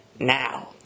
Now